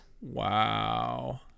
Wow